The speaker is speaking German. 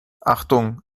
achtung